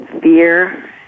fear